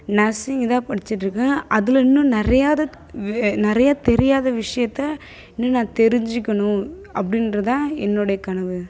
nursing தான் படிச்சிட்டிருக்கன் அதில் இன்னும் நிறையா இது வே நிறையா தெரியாத விஷயத்தை இன்னும் நான் தெரிஞ்சிக்கணும் அப்படின்றதுதான் என்னுடைய கனவு